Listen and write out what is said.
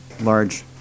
large